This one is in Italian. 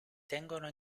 tengono